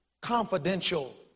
confidential